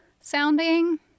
sounding